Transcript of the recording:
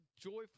joyful